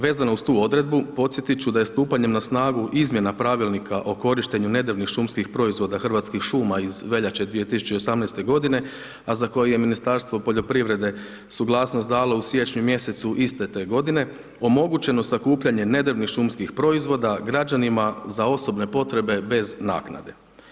Vezano uz tu odredbu, podsjetit ću da je stupanjem na snagu izmjena Pravilnika o korištenju nedrvnih šumskih proizvoda Hrvatskih šuma iz veljače 2018.g., a za koje je Ministarstvo poljoprivrede suglasnost dalo u siječnju mjesecu iste te godine, omogućeno sakupljanje nedrvnih šumskih proizvoda građanima za osobne potrebe bez naknade.